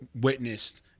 witnessed